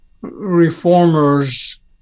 reformers